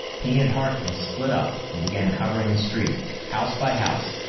he and harkness split up and began covering the streets, house by house,